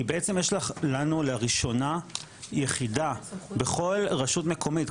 כי בעצם יש לנו לראשונה יחידה בכל רשות מקומית,